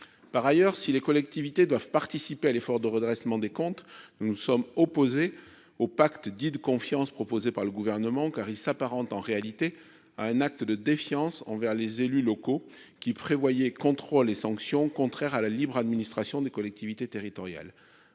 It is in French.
par ailleurs, si les collectivités doivent participer à l'effort de redressement des comptes, nous nous sommes opposés au pacte dit de confiance proposé par le gouvernement, car il s'apparente en réalité à un acte de défiance envers les élus locaux qui prévoyait, contrôles et sanctions contraires à la libre administration des collectivités territoriales,